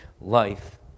life